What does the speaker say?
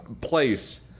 place